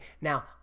Now